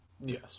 Yes